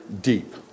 deep